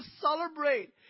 celebrate